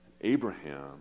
Abraham